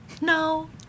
no